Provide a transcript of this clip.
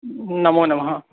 नमो नमः